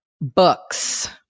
books